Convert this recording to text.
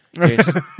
Yes